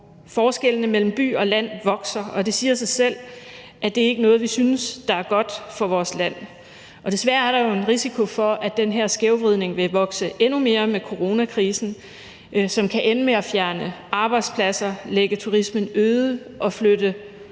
forskellene mellem by og land vokser, og det siger sig selv, at det ikke er noget, vi synes der er godt for vores land, og desværre er der jo en risiko for, at den her skævvridning vil vokse endnu mere med coronakrisen, som kan ende med at fjerne arbejdspladser, lægge turismen øde og flytte